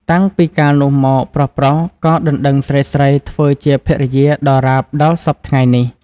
តាំងពីកាលនោះមកប្រុសៗក៏ដណ្តឹងស្រីៗធ្វើជាភរិយាដរាបដល់សព្វថៃ្ងនេះ។